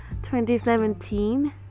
2017